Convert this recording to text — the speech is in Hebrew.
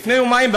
לפני יומיים,